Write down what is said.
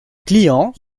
clients